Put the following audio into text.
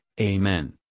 Amen